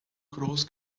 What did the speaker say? groß